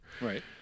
Right